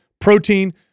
protein